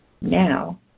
now